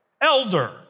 Elder